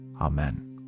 amen